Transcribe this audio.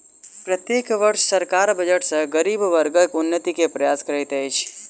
प्रत्येक वर्ष सरकार बजट सॅ गरीब वर्गक उन्नति के प्रयास करैत अछि